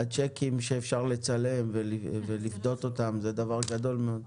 השיקים שאפשר לצלם ולפדות אותם, זה דבר גדול מאוד,